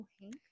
Hank